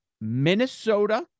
Minnesota